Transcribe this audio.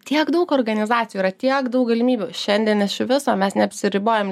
tiek daug organizacijų yra tiek daug galimybių šiandien iš viso mes neapsiribojam